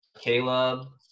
Caleb